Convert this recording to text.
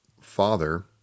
father